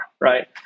right